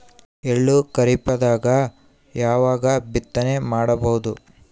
ಎಳ್ಳು ಖರೀಪದಾಗ ಯಾವಗ ಬಿತ್ತನೆ ಮಾಡಬಹುದು?